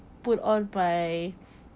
put all by